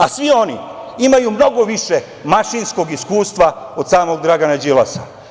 A svi oni imaju mnogo više mašinskog iskustva od samog Dragana Đilasa.